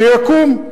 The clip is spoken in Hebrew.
שיקום.